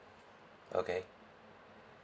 okay